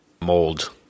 mold